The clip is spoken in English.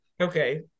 Okay